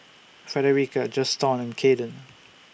Frederica Juston and Kaeden